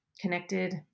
connected